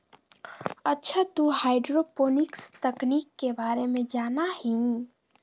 अच्छा तू हाईड्रोपोनिक्स तकनीक के बारे में जाना हीं?